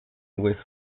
with